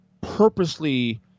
purposely